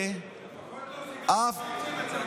לפחות לא,